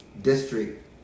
district